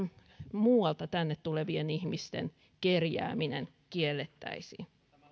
muualta tänne tulevien ihmisten kerjääminen kiellettäisiin